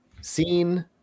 seen